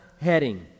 heading